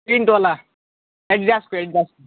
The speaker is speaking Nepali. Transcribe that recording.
प्रिन्टवाला एडिडासको एडिडासको